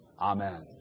Amen